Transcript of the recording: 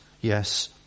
Yes